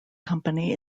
company